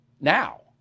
now